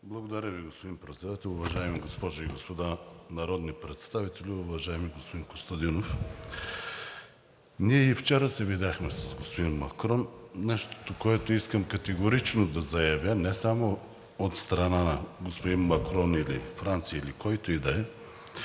Благодаря Ви, господин Председател. Уважаеми госпожи и господа народни представители! Уважаеми господин Костадинов, ние и вчера се видяхме с господин Макрон. Нещото, което категорично искам да заявя, е, че не само от страна на господин Макрон или Франция, или от който и да е,